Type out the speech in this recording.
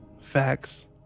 Facts